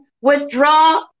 withdraw